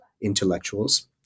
intellectuals